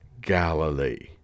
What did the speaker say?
Galilee